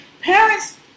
parents